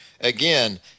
again